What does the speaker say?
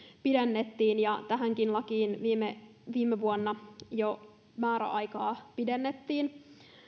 pidennettiin tähänkin lakiin viime viime vuonna jo määräaikaa pidennettiin